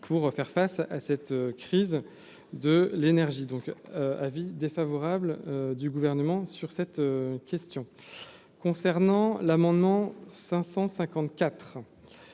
pour faire face à cette crise de l'énergie, donc avis défavorable du gouvernement sur cette question, concernant l'amendement 500